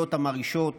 לידיעות המרעישות